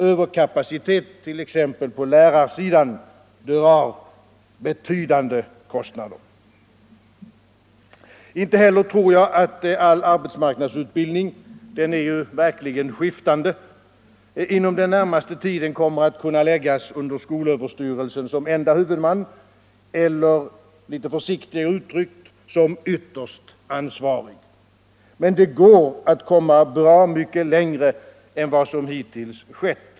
Överkapacitet t.ex. på lärarsidan drar betydande kostnader. Inte heller tror jag att all arbetsmarknadsutbildning — den är verkligen skiftande — inom den närmaste tiden kommer att kunna läggas under skolöverstyrelsen som enda huvudman eller, litet försiktigare uttryckt, som ytterst ansvarig. Men det går att komma bra mycket längre än vad som hittills skett.